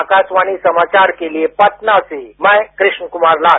आकाशवाणी समाचार के लिए पटना से मैं कृष्ण कुमार लाल